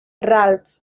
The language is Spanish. ralph